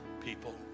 people